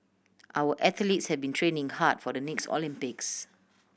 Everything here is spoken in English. our athletes have been training hard for the next Olympics